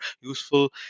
useful